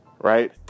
right